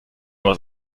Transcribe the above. was